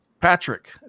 Patrick